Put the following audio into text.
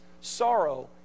sorrow